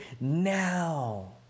now